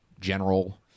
general